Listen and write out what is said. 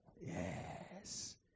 Yes